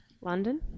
London